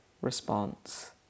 response